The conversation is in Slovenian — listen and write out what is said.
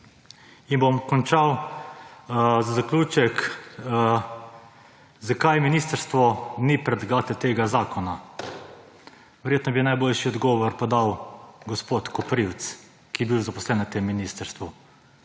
In bom končal za zaključek, zakaj ministrstvo ni predlagatelj tega zakona. Verjetno bi najboljši odgovor podal gospod Koprivc, ki je bil zaposlen na tem ministrstvu.